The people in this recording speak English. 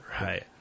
right